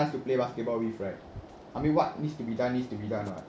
nice to play basketball with right I mean what needs to be done needs to be done [what]